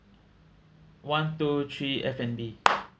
one two three F&B